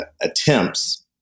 attempts